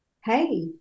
Hey